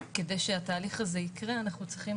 כדי שהתהליך הזה יקרה, אנחנו צריכים